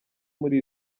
muri